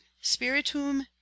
spiritum